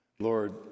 Lord